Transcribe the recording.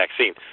vaccine